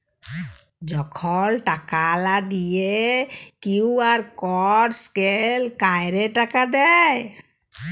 যখল টাকা লা দিঁয়ে কিউ.আর কড স্ক্যাল ক্যইরে টাকা দেয়